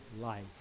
life